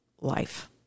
life